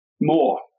more